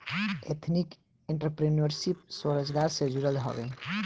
ethnic entrepreneurship स्वरोजगार से जुड़ल हवे